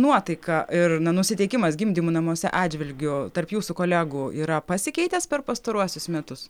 nuotaiką ir na nusiteikimas gimdymų namuose atžvilgiu tarp jūsų kolegų yra pasikeitęs per pastaruosius metus